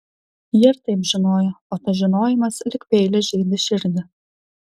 ji ir taip žinojo o tas žinojimas lyg peilis žeidė širdį